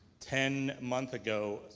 ten month ago,